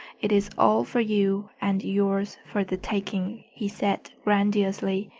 it is all for you and yours for the taking, he said grandiosely.